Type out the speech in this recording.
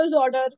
order